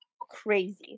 crazy